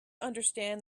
understand